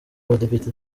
badepite